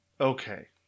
okay